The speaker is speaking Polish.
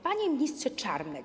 Panie Ministrze Czarnek!